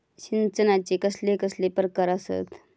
सिंचनाचे कसले कसले प्रकार आसत?